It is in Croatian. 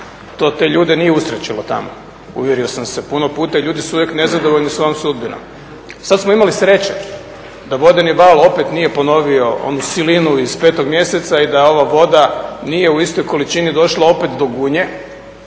To te ljude nije usrećilo tamo, uvjerio sam se puno puta i ljudi su uvijek nezadovoljni svojom sudbinom. Sad smo imali sreće da vodeni val opet nije ponovio onu silinu iz 5. mjeseca i da ova voda nije u istoj količini došla opet do Gunje